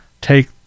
take